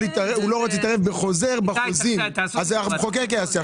להתערב בחוזרים והמחוקק יעשה את זה.